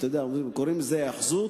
אתה יודע, קוראים לזה "היאחזות".